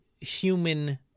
human